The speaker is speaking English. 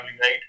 right